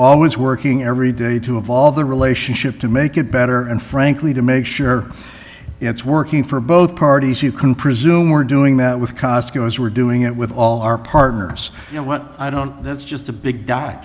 always working every day to evolve the relationship to make it better and frankly to make sure it's working for both parties you can presume we're doing that with cosco as we're doing it with all our partners you know what i don't that's just a big